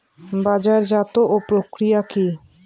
বাজারজাতও প্রক্রিয়া কি?